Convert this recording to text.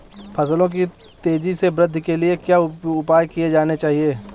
फसलों की तेज़ी से वृद्धि के लिए क्या उपाय किए जाने चाहिए?